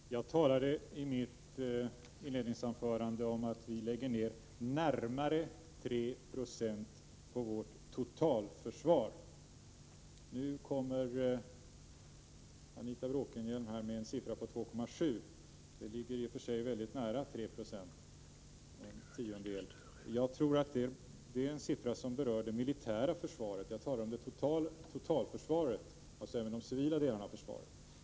Fru talman! Jag talade i mitt inledningsanförande om att vi lägger ned närmare 3 90 på vårt totalförsvar. Nu nämner Anita Bråkenhielm siffran 2,7 Jo. Den ligger i och för sig nära 3 26. Jag tror att det är en siffra som berör det militära försvaret. Jag talade om totalförsvaret, alltså även de civila delarna av försvaret.